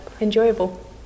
enjoyable